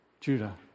Judah